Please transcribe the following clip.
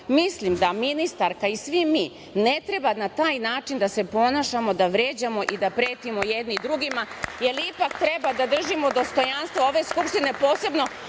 mislim da ministarka i svi mi ne treba na taj način da se ponašamo, da vređamo i da pretimo jedni drugima, jer ipak treba da držimo dostojanstvo ove Skupštine, posebno